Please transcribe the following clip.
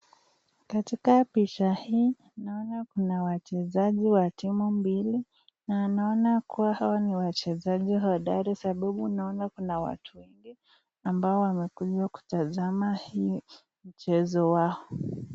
Katika picha hii, naona kuna wachezaji wa timu mbili. Na naona kuwa hawa ni wachezaji hodari sababu naona kuna watu wengi ambao wamekuja kutazama hii mchezo wao.